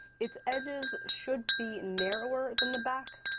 its edges should be narrower than the back,